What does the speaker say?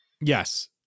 Yes